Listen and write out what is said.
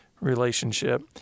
relationship